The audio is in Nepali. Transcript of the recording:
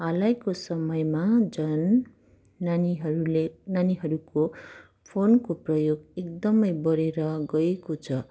हालैको समयमा झन् नानीहरूले नानीहरूको फोनको प्रयोग एकदम बढेर गएको छ